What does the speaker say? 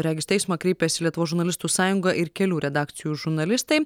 regis teismą kreipėsi lietuvos žurnalistų sąjunga ir kelių redakcijų žurnalistai